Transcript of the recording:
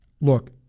Look